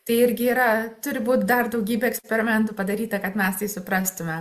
tai irgi yra turi būt dar daugybė eksperimentų padaryta kad mes tai suprastume